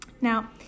Now